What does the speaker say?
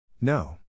No